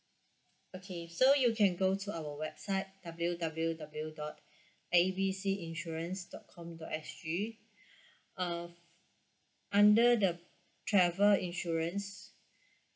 okay so you can go to our website W W W dot A B C insurance dot com dot S G uh under the travel insurance